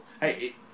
Hey